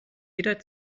jeder